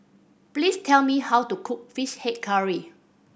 please tell me how to cook Fish Head Curry